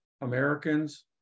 Americans